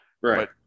Right